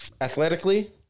Athletically